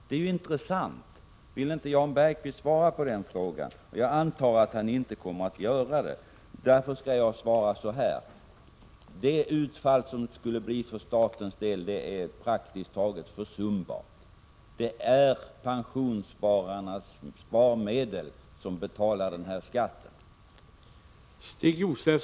Det vore intressant att få veta detta. Vill inte Jan Bergqvist svara på den frågan? — Jag antar att han inte kommer att göra det. Låt mig därför själv besvara den: Utfallet för statens del skulle bli praktiskt taget försumbart. Det är med pensionsspararnas sparmedel som den här skatten skall betalas.